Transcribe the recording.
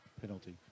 penalty